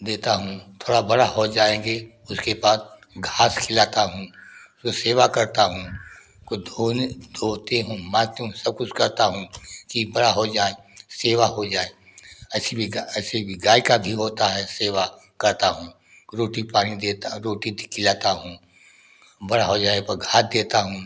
देता हूँ थोड़ा बड़ा हो जाएंगे उसके बाद घास खिलाता हूँ उसके सेवा करता हूँ को धोने धोते हैं माँजते हैं सब कुछ करता हूँ कि बड़ा होइ जाए सेवा हो जाए ऐसे भी ऐसे भी गाय का भी होता है सेवा करता हूँ रोटी पानी देता हूँ रोटी खिलाता हूँ बड़ा हो जाने पर घास देता हूँ